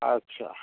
अच्छा